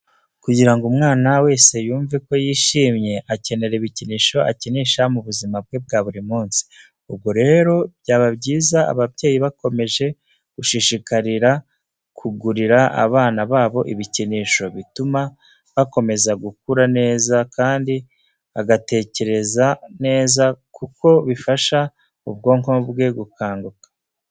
Kugira ngo umwana wese yumve ko yishimye, akenera ibikinisho akinisha mu buzima bwe bwa buri munsi. Ubwo rero byaba byiza ababyeyi bakomeje gushishikarira kugurira abana babo ibikinisho. Bituma akomeza gukura neza kandi agatekereza neza kuko bifasha ubwonko bwe gukanguka.